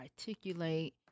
articulate